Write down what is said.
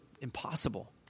impossible